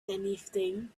anything